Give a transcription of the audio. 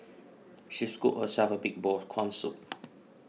she scooped herself a big bowl of Corn Soup